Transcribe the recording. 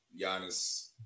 Giannis